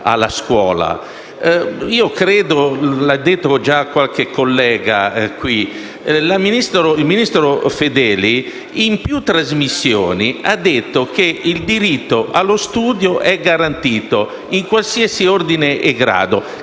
trasmissioni ha dichiarato che il diritto allo studio è garantito in qualsiasi ordine e grado.